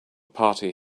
party